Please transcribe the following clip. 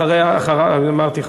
אמרתי,